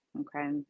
Okay